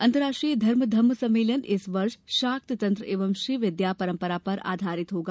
अंतर्राष्ट्रीय धर्म धम्म सम्मेलन इस वर्ष शाक्त तंत्र एवं श्रीविद्या परंपरा पर आधारित होगा